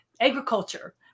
agriculture